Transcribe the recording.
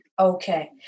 Okay